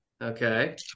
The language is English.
Okay